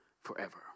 forever